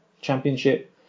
championship